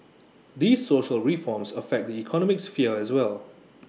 these social reforms affect the economic sphere as well